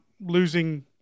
losing